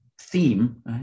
theme